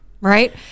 right